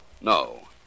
No